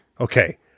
Okay